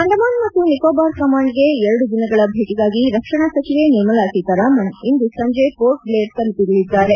ಅಂಡಮಾನ್ ಮತ್ತು ನಿಕೋಬಾರ್ ಕಮಾಂಡ್ಗೆ ಎರಡು ದಿನಗಳ ಭೇಟಗಾಗಿ ರಕ್ಷಣಾ ಸಚಿವೆ ನಿರ್ಮಲಾ ಸೀತಾರಾಮನ್ ಇಂದು ಸಂಜೆ ಪೋರ್ಟ್ ಭ್ಲೇರ್ ತಲುಪಲಿದ್ದಾರೆ